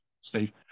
Steve